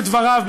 לדבריו,